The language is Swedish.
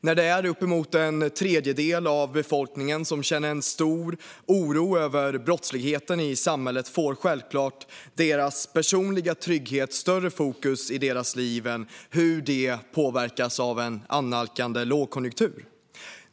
När det är uppemot en tredjedel av befolkningen som känner stor oro över brottsligheten i samhället får självklart deras personliga trygghet större fokus i deras liv än hur de påverkas av en annalkande lågkonjunktur.